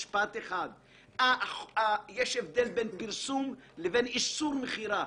יש הבדל בין פרסום לבין איסור מכירה.